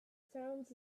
sounds